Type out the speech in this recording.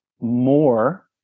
more